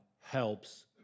helps